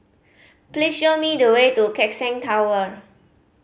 please show me the way to Keck Seng Tower